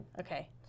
Okay